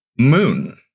moon